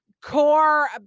core